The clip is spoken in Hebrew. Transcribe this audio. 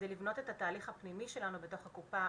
מנת לבנות את התהליך הפנימי שלנו בתוך הקופה,